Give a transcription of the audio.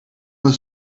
were